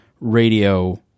radio